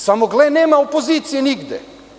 Samo, gle, nema opozicije nigde.